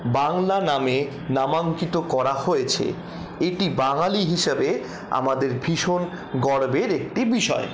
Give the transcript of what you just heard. বাংলা নামে নামাঙ্কিত করা হয়েছে এটি বাঙালি হিসাবে আমাদের ভীষণ গর্বের একটি বিষয়